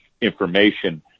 information